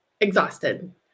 exhausted